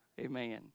Amen